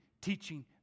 teaching